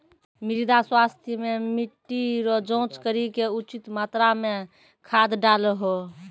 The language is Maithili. मृदा स्वास्थ्य मे मिट्टी रो जाँच करी के उचित मात्रा मे खाद डालहो